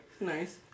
Nice